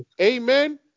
Amen